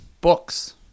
books